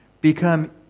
become